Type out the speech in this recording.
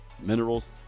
minerals